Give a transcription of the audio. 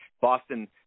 Boston